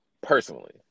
personally